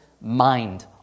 mind